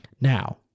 Now